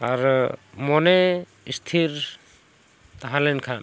ᱟᱨ ᱢᱚᱱᱮ ᱤᱥᱛᱷᱤᱨ ᱛᱟᱦᱮᱸ ᱞᱮᱱᱠᱷᱟᱱ